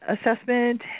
assessment